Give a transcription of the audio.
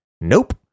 Nope